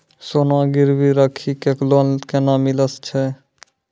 सोना गिरवी राखी कऽ लोन केना मिलै छै?